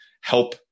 help